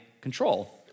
control